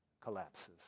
collapses